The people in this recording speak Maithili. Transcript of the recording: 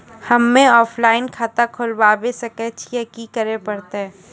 हम्मे ऑफलाइन खाता खोलबावे सकय छियै, की करे परतै?